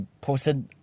posted